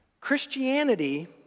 Christianity